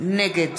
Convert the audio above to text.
נגד